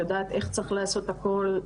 יודעת איך צריך לעשות הכול,